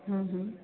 हम्म हम्म